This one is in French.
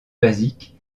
basique